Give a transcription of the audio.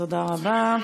תודה רבה.